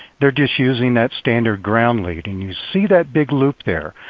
they're just using that standard ground leading. you see that big loop there.